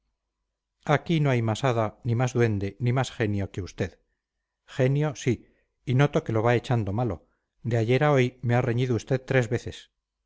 aquí no hay más hada ni más duende ni más genio que usted genio sí y noto que lo va echando malo de ayer a hoy me ha reñido usted tres veces